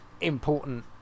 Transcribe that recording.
important